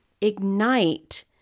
ignite